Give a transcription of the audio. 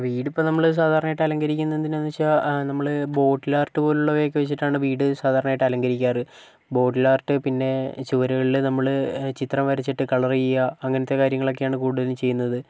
വീട് ഇപ്പൊൾ നമ്മള് സാധാരണയായിട്ട് അലങ്കരിക്കുന്നത് എന്തിനാണെന്ന് വെച്ചാൽ ആ നമ്മള് ബോട്ടിലാർട്ട് പോലുള്ളവയൊക്കെ വച്ചിട്ടാണ് വീട് സാധാരണയായിട്ട് അലങ്കരിക്കാറ് ബോട്ടിലാർട്ട് പിന്നെ ചുവരുകളില് നമ്മള് ചിത്രം വരച്ചിട്ട് കളർ ചെയ്യുക അങ്ങനെത്തെ കാര്യങ്ങളൊക്കെയാണ് കൂടുതലും ചെയ്യുന്നത്